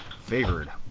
favored